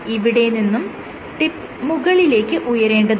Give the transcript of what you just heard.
ഇവിടെ നിന്നും ടിപ്പ് മുകളിലേക്ക് ഉയരേണ്ടതുണ്ട്